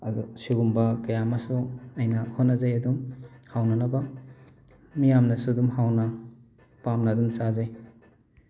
ꯑꯗꯣ ꯁꯤꯒꯨꯝꯕ ꯀꯌꯥ ꯑꯃꯁꯨ ꯑꯩꯅ ꯍꯣꯠꯅꯖꯩ ꯑꯗꯨꯝ ꯍꯥꯎꯅꯅꯕ ꯃꯤꯌꯥꯝꯅꯁꯨ ꯑꯗꯨꯝ ꯍꯥꯎꯅ ꯄꯥꯝꯅ ꯑꯗꯨꯝ ꯆꯥꯖꯩ